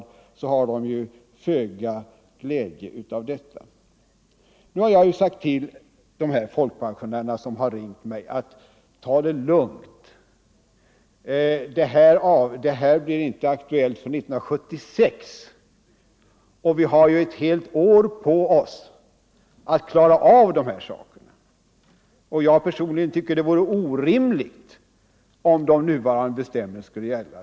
21 november 1974 Jag har sagt till de folkpensionärer som ringt mig att de skall ta det L lugnt. Den här höjningen blir inte aktuell förrän 1976, och vi har ett — Ang. reglerna för helt år på oss att klara av dessa saker. Jag personligen tycker att det — inkomstprövning av vore orimligt om de nuvarande bestämmelserna då skulle gälla.